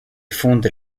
fonde